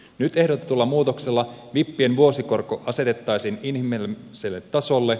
nyt ehdotetulla muutoksella vippien vuosikorko asetettaisiin inhimilliselle tasolle